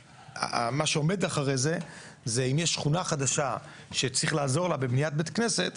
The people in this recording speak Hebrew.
מה שעומד אחרי זה זה אם יש שכונה חדשה שצריך לעזור לה בבניית בית כנסת,